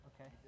Okay